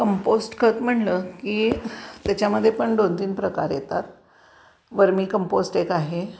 compost खत म्हटलं की त्याच्यामध्ये पण दोन तीन प्रकार येतात वर्मी कंपोस्ट एक आहे